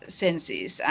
senses